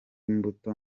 imbuto